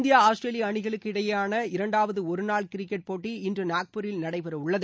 India Australia அணிகளுக்கு இடையேயாள இரண்டாவது ஒருநாள் கிரிக்கெட் போட்டி இன்று நாக்பூரில் நடைபெறவுள்ளது